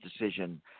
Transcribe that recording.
decision